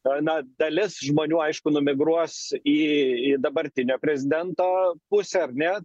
na dalis žmonių aišku numigruos į į dabartinio prezidento pusę ar ne